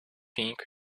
pink